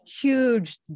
Huge